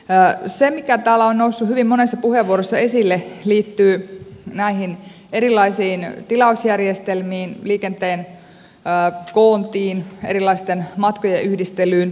se mikä täällä on noussut hyvin monessa puheenvuorossa esille liittyy näihin erilaisiin tilausjärjestelmiin liikenteen koontiin erilaisten matkojen yhdistelyyn